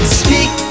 speak